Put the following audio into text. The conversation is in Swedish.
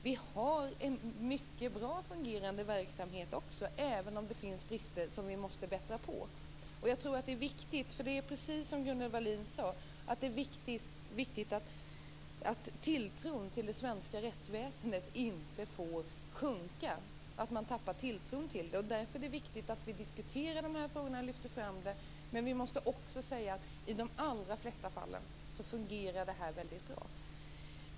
Vi har också en mycket bra fungerande verksamhet även om det finns brister som vi måste rätta till. Det är precis som Gunnel Wallin sade. Det är viktigt att tilltron till det svenska rättsväsendet inte sjunker. Det är viktigt att vi diskuterar frågorna och lyfter fram dem. Men i de allra flesta fall fungerar rättsväsendet väldigt bra.